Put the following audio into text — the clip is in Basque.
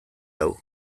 hau